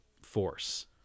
force